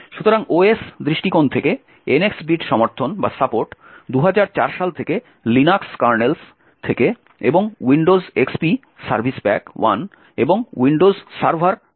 সুতরাং OS দৃষ্টিকোণ থেকে NX বিট সমর্থন 2004 সাল থেকে লিনাক্স কার্নেলস থেকে এবং উইন্ডোজ এক্সপি সার্ভিস প্যাক 1 এবং উইন্ডোজ সার্ভার 2003 থেকে সমর্থিত হয়েছে